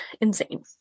insane